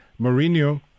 Mourinho